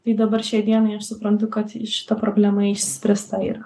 tai dabar šiai dienai aš suprantu kad šita problema išspręsta yra